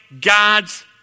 God's